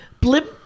Blimp